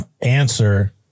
Answer